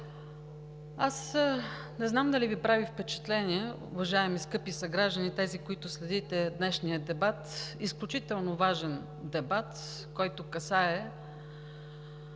Не знам дали Ви прави впечатление, уважаеми скъпи съграждани, тези, които следите днешния дебат – изключително важен дебат, който касае